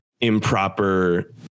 improper